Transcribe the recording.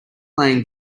laying